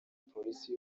polisi